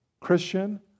Christian